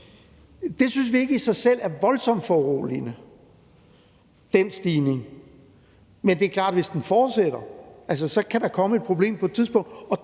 synes vi ikke i sig selv er voldsomt foruroligende, men det er klart, at hvis den fortsætter, kan der komme et problem på et tidspunkt,